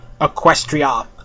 Equestria